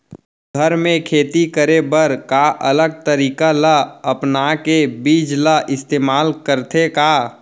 घर मे खेती करे बर का अलग तरीका ला अपना के बीज ला इस्तेमाल करथें का?